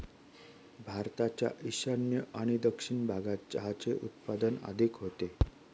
भारताच्या ईशान्य आणि दक्षिण भागात चहाचे उत्पादन अधिक होते